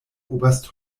oberst